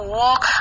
walk